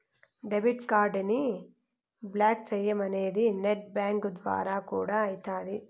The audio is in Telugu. డెబిట్ కార్డుని బ్లాకు చేయడమనేది నెట్ బ్యాంకింగ్ ద్వారా కూడా అయితాది